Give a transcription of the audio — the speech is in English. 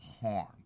harm